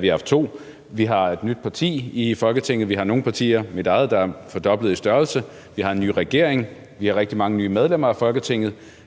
vi har haft to. Vi har et nyt parti i Folketinget; vi har nogle partier – mit eget – der er blevet fordoblet i størrelse; vi har en ny regering; vi har rigtig mange nye medlemmer af Folketinget;